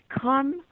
come